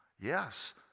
Yes